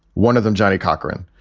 one of them, johnnie cochran.